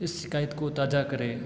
इस शिकायत को ताजा करें